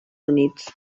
units